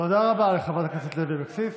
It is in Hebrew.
תודה רבה לחברת הכנסת לוי אבקסיס.